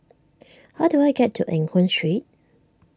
how do I get to Eng Hoon Street